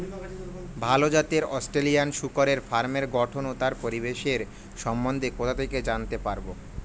ভাল জাতের অস্ট্রেলিয়ান শূকরের ফার্মের গঠন ও তার পরিবেশের সম্বন্ধে কোথা থেকে জানতে পারবো?